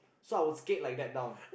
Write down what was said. so I would skate like that down